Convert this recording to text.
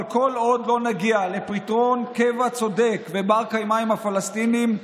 אבל כל עוד לא נגיע לפתרון קבע צודק ובר-קיימא עם הפלסטינים,